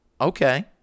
Okay